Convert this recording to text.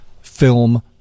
film